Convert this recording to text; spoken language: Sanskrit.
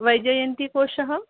वैजयन्तीकोशः